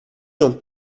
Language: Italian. non